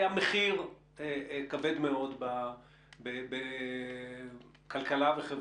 היה מחיר כבד מאוד בכלכלה וחברה.